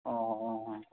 ꯑꯣ ꯑꯣ ꯑꯣ